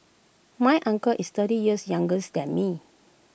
my uncle is thirty years younger than me